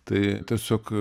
tai tiesiog